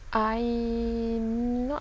I'm not